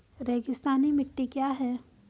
रेगिस्तानी मिट्टी क्या है?